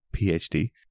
PhD